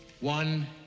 One